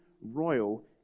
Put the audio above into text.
royal